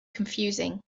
confusing